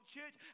Church